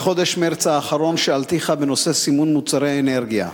בחודש מרס האחרון שאלתיך בנושא סימון מוצרי אנרגיה,